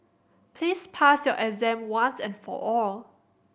please pass your exam once and for all